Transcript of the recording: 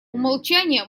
умолчание